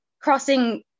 crossing